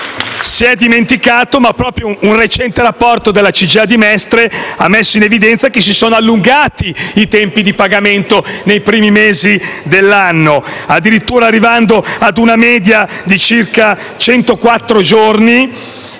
si è dimenticato, ma proprio un recente rapporto della *CGIA* di Mestre ha messo in evidenza che si sono allungati i tempi di pagamento nei primi mesi dell'anno, arrivando addirittura ad una media di circa